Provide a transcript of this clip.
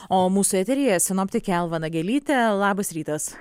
o mūsų eteryje sinoptikė alma nagelytė labas rytas